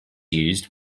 used